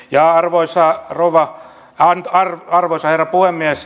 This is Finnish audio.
ja arvoisa rouva nainti on arvoisa herra puhemies